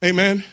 Amen